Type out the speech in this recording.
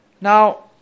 Now